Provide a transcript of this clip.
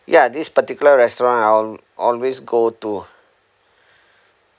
ya this particular restaurant I al~ always go to